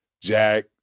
Jack